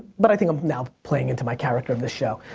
but i think i'm now playing into my character of this show.